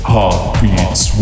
Heartbeats